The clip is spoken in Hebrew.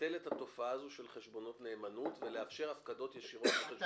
לבטל את התופעה הזו של חשבונות נאמנות ולאפשר הפקדות ישירות לחשבון